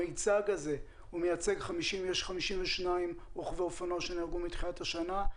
המיצג הזה מייצג 52 רוכבי אופנוע שנהרגו מתחילת השנה.